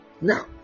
Now